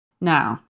Now